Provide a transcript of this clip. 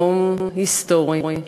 יום היסטורי,